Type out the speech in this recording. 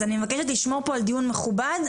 מצד אחד אנחנו מבקשים עובד הוראה.